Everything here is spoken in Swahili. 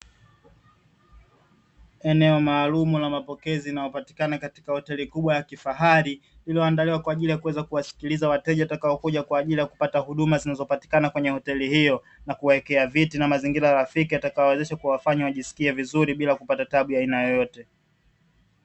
Eneo maalumu la mapokezi linalopatikana katika hoteli kubwa ya kifahari, inayoandaliwa kwa ajili ya kuweza kuwasikiliza wateja watakaokuja, kwa ajili ya kupata huduma zinazopatikana kwenye hoteli hiyo, na kuwaekea viti na mazingira rafiki yatakayowawezesha kuwafanya wajiskie vizuri, bila kupata taabu ya aina yoyote.